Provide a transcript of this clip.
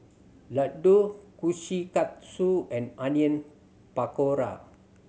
Ladoo Kushikatsu and Onion Pakora